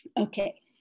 okay